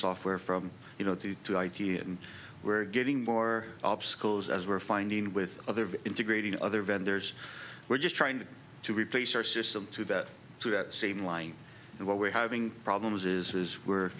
offer from you know the two ideas and we're getting more obstacles as we're finding with other integrating other vendors we're just trying to replace our system to that to that same line and what we're having problems is